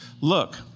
Look